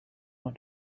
want